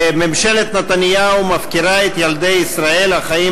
ממשלת נתניהו מפקירה את ילדי ישראל החיים